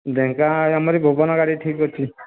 ଢେଙ୍କାନାଳ ଏଇ ଆମରି ଭୁବନ ଗାଡ଼ି ଠିକ କରିଛି